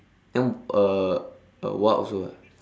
then uh uh wak also ah